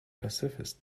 pacifist